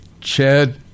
Chad